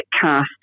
cast